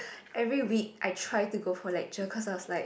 every week I try to go for lecture cause I was like